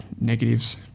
negatives